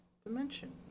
dimension